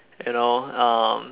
you know um